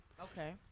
Okay